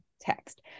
text